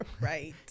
Right